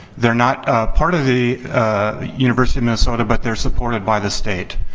they're not part of the university of minnesota, but they're supported by the state.